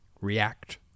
react